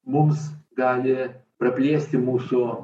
mums gali praplėsti mūsų